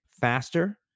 faster